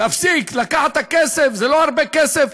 להפסיק, לקחת את הכסף, זה לא הרבה כסף,